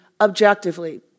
objectively